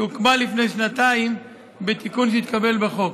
שהוקמה לפני שנתיים בתיקון שהתקבל בחוק.